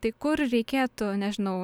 tai kur reikėtų nežinau